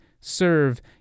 serve